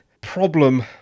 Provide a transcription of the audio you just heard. problem